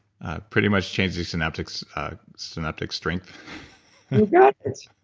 pretty much change the synaptic so synaptic strength you got it.